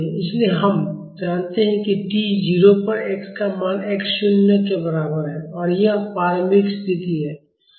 इसलिए हम जानते हैं कि t 0 पर x का मान x शून्य के बराबर है और यह प्रारंभिक स्थिति है